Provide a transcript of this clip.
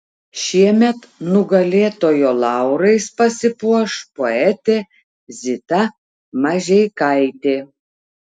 šiemet nugalėtojo laurais pasipuoš poetė zita mažeikaitė